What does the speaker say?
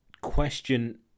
question